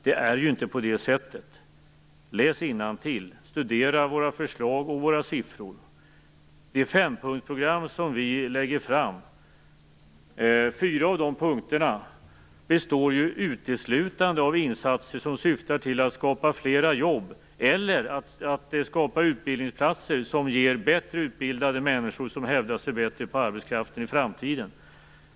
Det är ju inte på det sättet. Läs innantill! Studera våra förslag och våra siffror! I det fempunktsprogram vi lägger fram består fyra av punkterna uteslutande av insatser som syftar till att skapa fler jobb eller att skapa utbildningsplatser som ger bättre utbildade människor som hävdar sig bättre på arbetsmarknaden i framtiden.